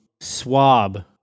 swab